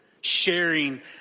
sharing